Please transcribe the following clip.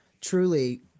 truly